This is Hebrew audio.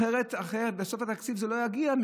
אחרת בסוף התקציב זה לא יגיע,